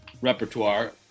repertoire